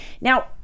now